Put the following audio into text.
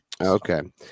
Okay